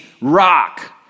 rock